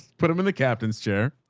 put them in the captain's chair.